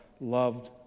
loved